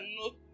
no